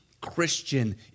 Christian